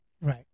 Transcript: Right